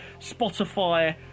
Spotify